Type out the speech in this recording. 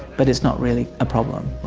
but it's not really a problem.